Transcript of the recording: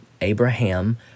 Abraham